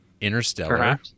Interstellar